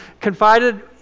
confided